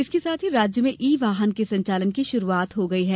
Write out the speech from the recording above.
इसके साथ ही राज्य में ई वाहन के संचालन की शुरूआत हो गई है